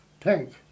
tank